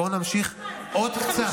בואו נמשיך עוד קצת.